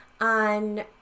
on